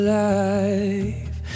life